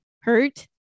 hurt